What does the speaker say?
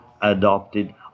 adopted